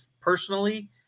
personally